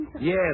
Yes